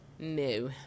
No